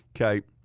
Okay